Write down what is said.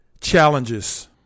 challenges